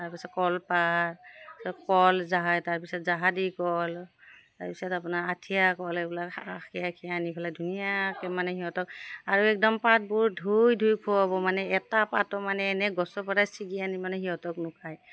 তাৰপিছত কলপাত কল জাহাই তাৰপিছত জাহাদি কল তাৰপিছত আপোনাৰ আঠিয়া কল এইবিলাক আশী আশী আনি পেলাই ধুনীয়াকৈ মানে সিহঁতক আৰু একদম পাতবোৰ ধুই ধুই খোৱাব মানে এটা পাতো মানে এনে গছৰ পৰাই ছিগি আনি মানে সিহঁতক নোখায়